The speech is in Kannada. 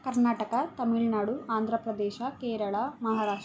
ಕರ್ನಾಟಕ ತಮಿಳುನಾಡು ಆಂಧ್ರ ಪ್ರದೇಶ ಕೇರಳ ಮಹಾರಾಷ್ಟ್ರ